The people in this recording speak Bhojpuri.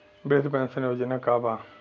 वृद्ध पेंशन योजना का बा?